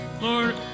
Lord